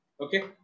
Okay